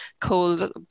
cold